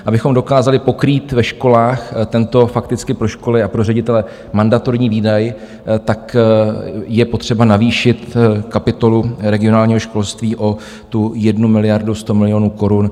Abychom dokázali pokrýt ve školách tento fakticky pro školy a pro ředitele mandatorní výdaj, je potřeba navýšit kapitolu regionálního školství o 1 100 milionů korun.